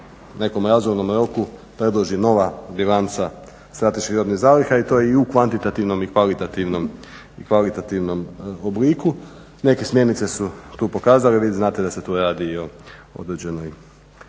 nekom razumnom roku predloži nova bilanca strateških robnih zaliha i to je i u kvantitativnom i kvalitativnom obliku. Neke smjernice su tu pokazali. Vi znate da se tu radi i o određenoj,